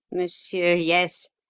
monsieur, yes!